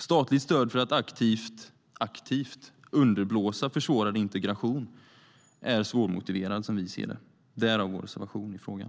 Statligt stöd för att aktivt underblåsa en försvårad integration är svårmotiverat, som vi ser det. Därför har vi en reservation i frågan.